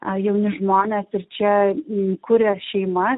ar jauni žmonės ir čia kuria šeima